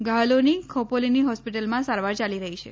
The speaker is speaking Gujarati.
ઘાયલોની ખોપોલીની હોસ્પિટલમાં સારવાર યાલી રહી છે